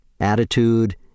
Attitude